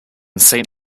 saint